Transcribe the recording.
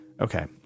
Okay